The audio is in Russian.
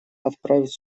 отправить